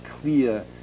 clear